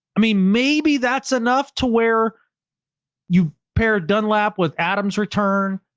i mean maybe that's enough to where you pair dunlap with adam's return,